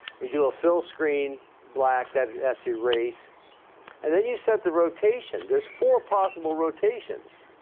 we do a fill screen black. that's that's erase and then you set the rotation. there's four possible rotations